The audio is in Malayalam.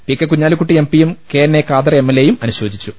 പി കെ കുഞ്ഞാലിക്കുട്ടി എം പിയും K N A Khader M എൽഎയും അനുശോചിച്ചു